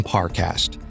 Parcast